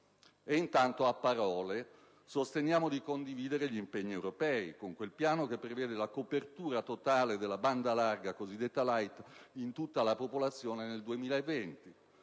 del CIPE. A parole sosteniamo di condividere gli impegni europei, quel piano che prevede la copertura totale della banda larga cosiddetta *light* in tutta la popolazione nel 2020;